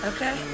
Okay